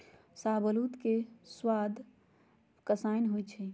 शाहबलूत के सवाद कसाइन्न होइ छइ